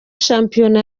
shampiyona